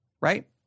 right